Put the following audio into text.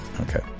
Okay